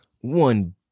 one